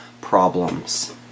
Problems